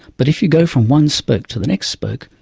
but if you go from one spoke to the next spoke,